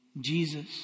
Jesus